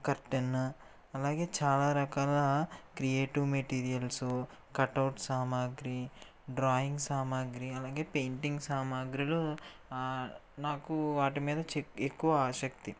curtain అలాగే చాలా రకాల క్రియేటివ్ మటీరియల్సు కటౌట్ సామాగ్రీ డ్రాయింగ్ సామగ్రీ అలాగే పెయింటింగ్ సామగ్రులు నాకు వాటి మీద చెక్ ఎక్కువ ఆసక్తి